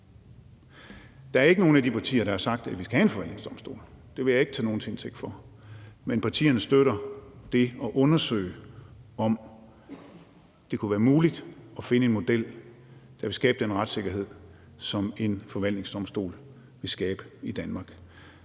Der er ikke nogen af de partier, der har sagt, at vi skal have en forvaltningsdomstol – det vil jeg ikke tage nogen til indtægt for – men partierne støtter det at undersøge, om det kunne være muligt at finde en model, der vil skabe den retssikkerhed, som en forvaltningsdomstol vil skabe i Danmark.